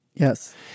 Yes